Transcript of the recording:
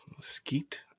Skeet